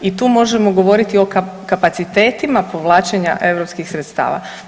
I tu možemo govoriti o kapacitetima povlačenja europskih sredstava.